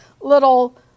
little